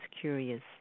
curious